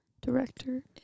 director